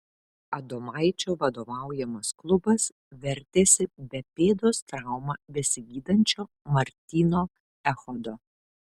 adomaičio vadovaujamas klubas vertėsi be pėdos traumą besigydančio martyno echodo